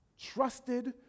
trusted